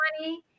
money